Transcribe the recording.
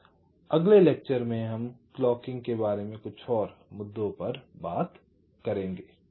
हम अगले लेक्चर में क्लॉकिंग के बारे में कुछ और मुद्दों पर बात करेंगे